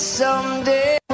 someday